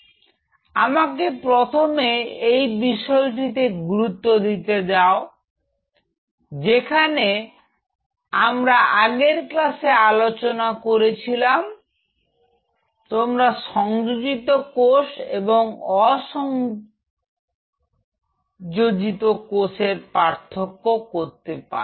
তো আমাকে প্রথমে এই বিষয়টিতে গুরুত্ব দিতে দাও যেখানে আমরা আগের ক্লাসে আলোচনা করেছিলাম তোমরা সংযোজিত কোষ এবং অসংগঠিত কোষ কে পার্থক্য করতে পারো